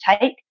take